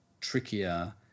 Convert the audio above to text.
trickier